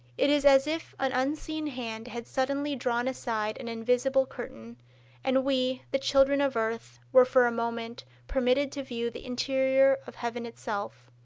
it is as if an unseen hand had suddenly drawn aside an invisible curtain and we, the children of earth, were for a moment permitted to view the interior of heaven itself.